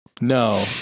No